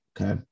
Okay